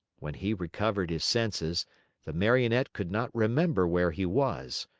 when he recovered his senses the marionette could not remember where he was.